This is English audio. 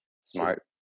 Smart